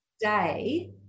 day